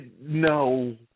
No